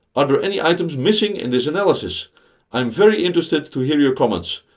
are there any items missing in this analysis? i am very interested to hear your comments,